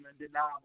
undeniable